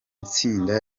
tsinda